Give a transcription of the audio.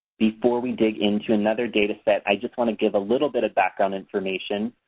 before we dig into another data set i just want to give a little bit of background information.